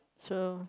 so